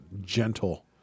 gentle